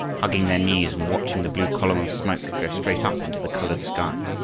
hugging their knees and watching the blue column of smoke go straight up into the colored sky.